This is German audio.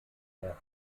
der